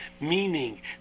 Meaning